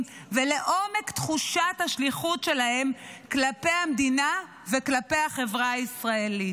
ולעומק תחושת השליחות שלהם כלפי המדינה וכלפי החברה הישראלית.